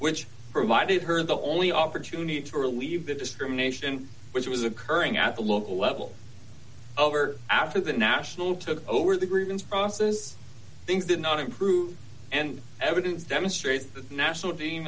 which provided her the only opportunity to relieve the discrimination which was occurring at the local level over after the national took over the grievance process things did not improve and evidence demonstrates that the national team